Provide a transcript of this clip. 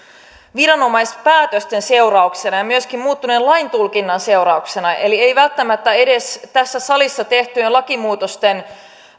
viranomaispäätösten seurauksena ja myöskin muuttuneen laintulkinnan seurauksena eli ei välttämättä edes tässä salissa tehtyjen lakimuutosten